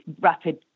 rapid